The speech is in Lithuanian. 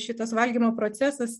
šitas valgymo procesas